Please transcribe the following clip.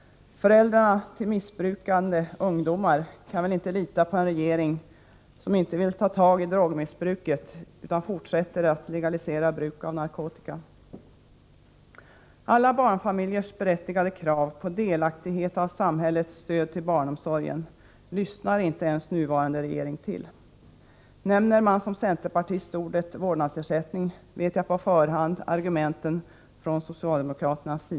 Föräldrarna till missbrukande ungdomar kan väl inte lita på en regering som inte vill ta tag i drogmissbruket utan fortsätter att legalisera bruk av narkotika. Den nuvarande regeringen lyssnar inte ens till de berättigade krav på delaktighet när det gäller samhällets stöd till barnomsorgen som ställs av alla barnfamiljer. Nämner man som centerpartist ordet vårdnadsersättning, vet man på förhand vilka argument som kommer att framföras från socialdemokraterna.